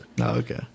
Okay